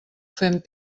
fent